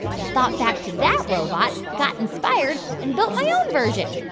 i thought back to that robot, got inspired and built my own version.